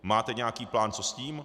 Máte nějaký plán, co s tím?